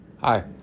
hi